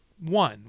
One